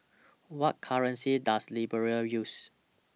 What currency Does Liberia use